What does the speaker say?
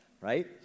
right